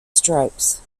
strokes